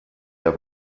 der